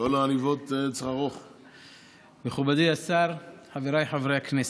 כל העניבות, מכובדי השר, חבריי חברי הכנסת,